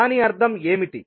దాని అర్థం ఏమిటి